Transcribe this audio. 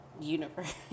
universe